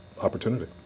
opportunity